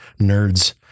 nerds